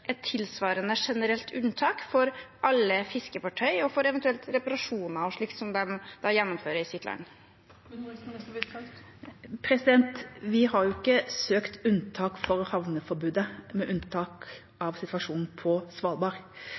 et tilsvarende generelt unntak for alle fiskefartøy og for eventuelt reparasjoner og slikt som de gjennomfører i sitt land? Vi har ikke søkt unntak fra havneforbudet – med unntak av situasjonen på Svalbard.